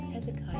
Hezekiah